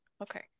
Okay